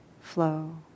flow